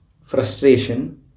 frustration